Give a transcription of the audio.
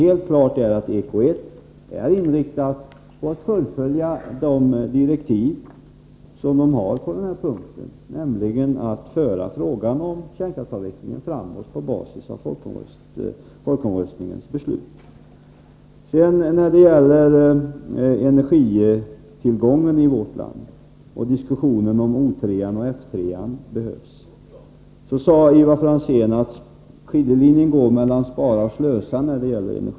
Helt klart är att EK 81 är inriktad på att fullfölja de direktiv som kommittén har i detta avseende, nämligen att föra frågan om kärnkraftsavvecklingen framåt på basis av folkomröstningens resultat. När det gäller energitillgången i vårt land och diskussionen om huruvida 'O3 och F3 behövs sade Ivar Franzén att skiljelinjen går mellan spara och slösa.